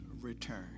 return